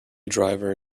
driver